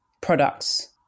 products